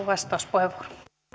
vastauspuheenvuoro